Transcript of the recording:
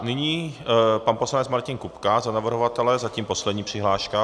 Nyní pan poslanec Martin Kupka za navrhovatele, zatím poslední přihláška.